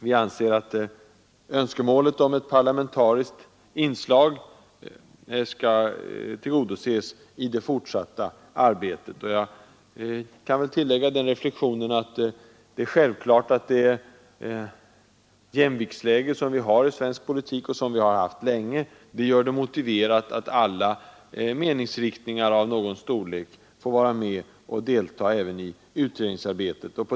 Vi anser att önskemålet om ett parlamentariskt inslag bör tillgodoses i det fortsatta arbetet. Jag kan väl tillägga den reflexionen att det jämviktsläge som länge funnits i svensk politik gör det motiverat att alla meningsriktningar av någon storlek får vara med även i utredningsarbetet.